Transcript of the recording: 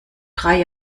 drei